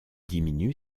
diminue